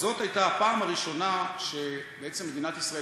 זאת הייתה הפעם הראשונה שבעצם מדינת ישראל